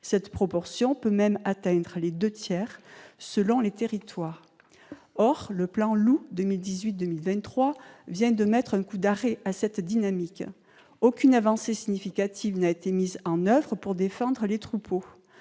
Cette proportion peut même atteindre les deux tiers selon les territoires. Or le plan Loup 2018-2023 vient de mettre un coup d'arrêt à cette dynamique. Aucune avancée significative n'a été réalisée pour défendre les troupeaux.